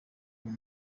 nta